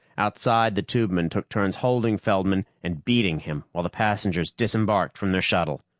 outside, the tubemen took turns holding feldman and beating him while the passengers disembarked from their shuttle.